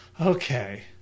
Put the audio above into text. okay